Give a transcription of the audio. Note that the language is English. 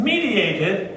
Mediated